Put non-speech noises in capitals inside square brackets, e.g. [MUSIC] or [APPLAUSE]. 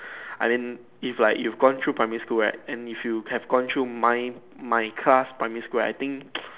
I didn't if like you've gone through primary school right and if you have gone through mine my class primary school right I think [NOISE]